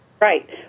right